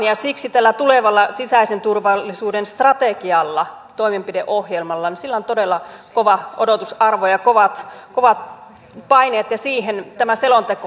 ja siksi tällä tulevalla sisäisen turvallisuuden strategialla toimenpideohjelmalla on todella kova odotusarvo ja kovat paineet ja siihen tämä selonteko nyt sitten johdattelee